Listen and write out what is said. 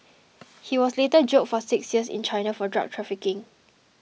he was later jailed for six years in China for drug trafficking